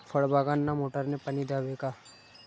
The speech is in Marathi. फळबागांना मोटारने पाणी द्यावे का?